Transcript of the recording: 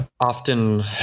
often